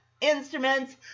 instruments